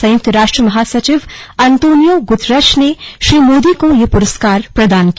संयुक्त राष्ट्र महासचिव अंतोनियो गुतरश ने श्री मोदी को यह पुरस्कार प्रदान किया